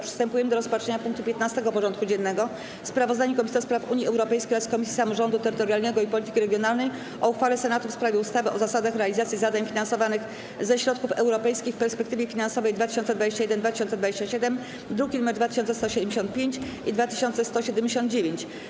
Przystępujemy do rozpatrzenia punktu 15. porządku dziennego: Sprawozdanie Komisji do Spraw Unii Europejskiej oraz Komisji Samorządu Terytorialnego i Polityki Regionalnej o uchwale Senatu w sprawie ustawy o zasadach realizacji zadań finansowanych ze środków europejskich w perspektywie finansowej 2021-2027 (druki nr 2175 i 2179)